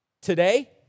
Today